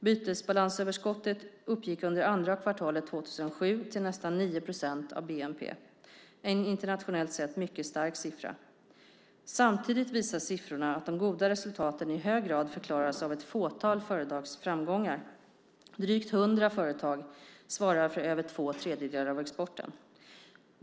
Bytesbalansöverskottet uppgick under andra kvartalet 2007 till nästan 9 procent av bnp, en internationellt sett mycket stark siffra. Samtidigt visar siffrorna att de goda resultaten i hög grad förklaras av ett fåtal företags framgångar - drygt 100 företag svarar för över två tredjedelar av exporten.